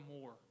more